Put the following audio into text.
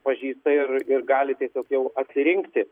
pažįsta ir ir gali tiesiog jau atsirinkti